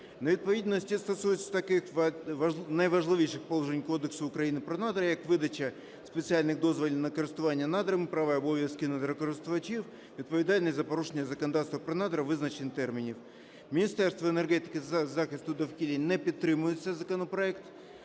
Невідповідності стосуються таких найважливіших положень Кодексу України про надра, як видача спеціальних дозволів на користування надрами, права і обов'язки надрокористувачів, відповідальність за порушення законодавства про надра, визначення термінів. Міністерство енергетики та захисту довкілля не підтримує цей законопроект.